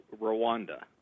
Rwanda